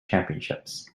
championships